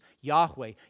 Yahweh